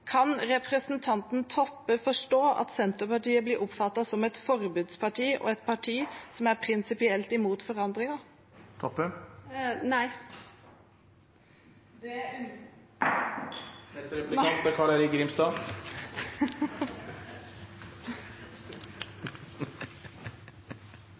Kan representanten Toppe forstå at Senterpartiet blir oppfattet som et forbudsparti og et parti som prinsipielt er imot forandringer? Nei. Jeg har for så vidt stor respekt for representanten Toppe